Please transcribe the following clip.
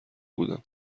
بودم